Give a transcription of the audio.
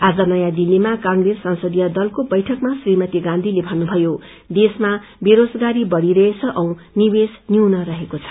आज नयाँ दिल्लीमा क्रेस संसदीय दलको बैठकमा श्रीमती गाँधीले भन्नुभयो देशमा बेरोजगारी बढ़िरहेछ औ निवेश न्यून रहेको छ